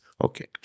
Okay